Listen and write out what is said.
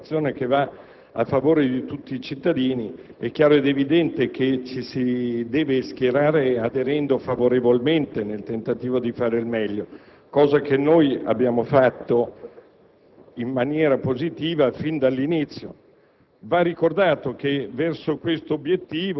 di fronte ad un disegno di legge che si pone come obiettivo una semplificazione che va a favore di tutti i cittadini, è chiaro ed evidente che ci si deve schierare aderendo favorevolmente nel tentativo di fare il meglio, cosa che noi abbiamo fatto